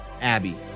Abby